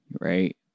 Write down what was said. right